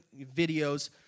videos